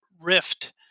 rift